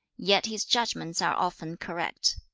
yet his judgments are often correct